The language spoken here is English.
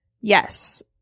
Yes